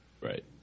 Right